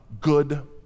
good